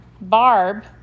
Barb